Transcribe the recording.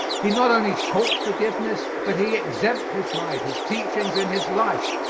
he not only taught forgiveness but he exemplified his teachings in his life.